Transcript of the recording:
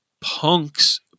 punks